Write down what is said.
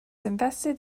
invested